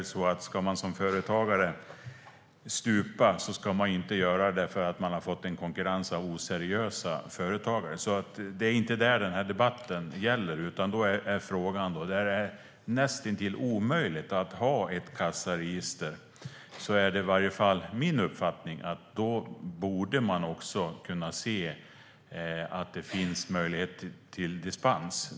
Om man som företagare ska stupa ska det naturligtvis inte vara på grund av konkurrens från oseriösa företagare. Det är inte detta som debatten handlar om. Frågan gäller de fall där det är näst intill omöjligt att ha ett kassaregister. Min uppfattning är i varje fall att det då borde finnas en möjlighet till dispens.